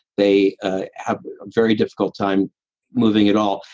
they have very difficult time moving at all.